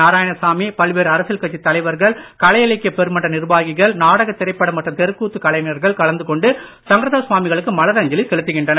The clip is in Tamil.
நாராயணசாமி பல்வேறு அரசியல் கட்சித் முதலமைச்சர் தலைவர்கள் கலை இலக்கிய பெருமன்ற நிர்வாகிகள் நாடக திரைப்பட மற்றும் தெருக்கூத்து கலைஞர்கள் கலந்து கொண்டு சங்கரதாஸ் சுவாமிகளுக்கு மலர் அஞ்சலி செலுத்துகின்றனர்